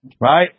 Right